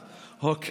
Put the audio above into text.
אוקיי.